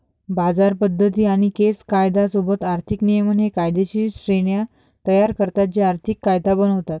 बाजार पद्धती आणि केस कायदा सोबत आर्थिक नियमन हे कायदेशीर श्रेण्या तयार करतात जे आर्थिक कायदा बनवतात